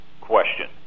question